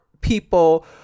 people